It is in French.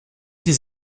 des